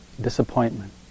disappointment